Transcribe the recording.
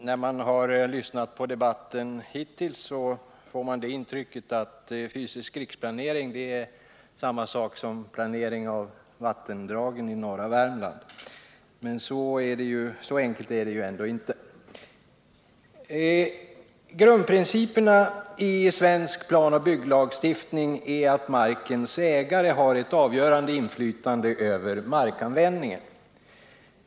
Herr talman! Hittills har man fått intrycket av debatten att fysisk riksplanering är samma sak som planering av vattendragen i norra Värmland, men så enkelt är det ändå inte. Grundprincipen i svensk planoch bygglagstiftning är att markens ägare har ett avgörande inflytande över markanvändningen.